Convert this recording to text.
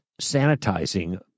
sanitizing